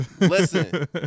Listen